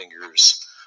fingers